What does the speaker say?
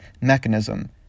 mechanism